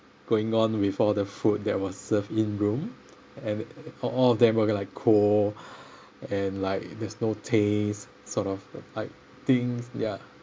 going on with all the food that was served in room and all all of them were like cold and like there's no taste sort of like things ya